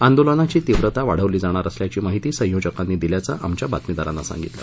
आंदोलनाची तीव्रता वाढवली जाणार असल्याची माहिती संयोजकांनी दिल्याचं आमच्या बातमीदारानं सांगितलं